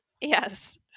Yes